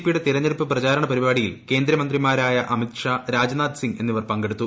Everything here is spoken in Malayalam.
പിയുടെ തെരഞ്ഞെടുപ്പ് പ്രചാരണ പരിപാടിയിൽ കേന്ദ്രമന്ത്രിമാരായ അമിത്ഷാ രാജ്നാഥ് സിംഗ് എന്നിവർ പങ്കെടുത്തു